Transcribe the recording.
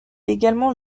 également